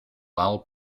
lal